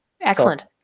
Excellent